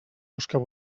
buscar